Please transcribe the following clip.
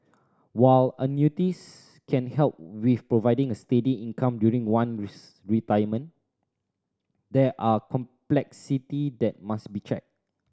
while annuities can help with providing a steady income during one retirement there are complexity that must be checked